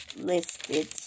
listed